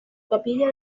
capilla